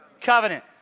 covenant